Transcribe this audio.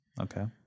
Okay